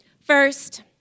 First